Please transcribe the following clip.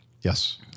Yes